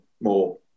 more